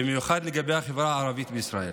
במיוחד לגבי החברה הערבית בישראל.